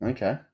Okay